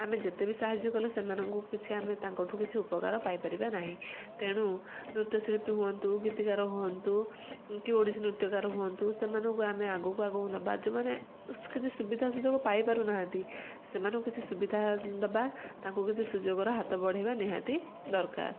ଆମେ ଯେତେବି ସାହାଯ୍ୟ କଲେ ସେମାନଙ୍କୁ କିଛି ଆମେ ତାଙ୍କଠୁ କିଛି ଉପକାର ପାଇ ପାରିବା ନାହିଁ ତେଣୁ ନୃତ୍ୟଶିଳ୍ପୀ ହୁଅନ୍ତୁ ଗୀତିକାର ହୁଅନ୍ତୁ କି ଓଡ଼ିଶୀ ନୃତ୍ୟକାର ହୁଅନ୍ତୁ ସେମାନଙ୍କୁ ଆମେ ଆଗକୁ ଆଗକୁ ନବା ଯେଉଁମାନେ କିଛି ସୁବିଧା ସୁଯୋଗ ପାଇଁ ପାରୁନାହାଁନ୍ତି ସେମାନଙ୍କୁ କିଛି ସୁବିଧା ଦବା ତାଙ୍କୁ କିଛି ସୁଯୋଗ ର ହାତ ବଢ଼ାଇବା ନିହାତି ଦରକାର